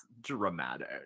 dramatic